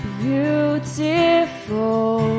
beautiful